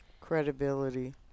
Credibility